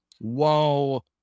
Whoa